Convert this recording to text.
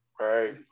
Right